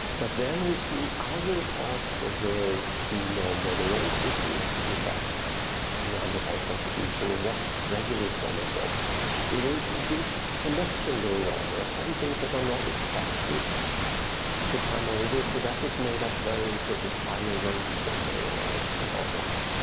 but then, we've seen other parts parts of the genome where there also seems to be less neanderthal contribution and less regular chromosomes so there is big selection going on. there are some things that are not accepted to come over so that has made us very sort of shy away from saying anything about that.